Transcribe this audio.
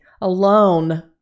alone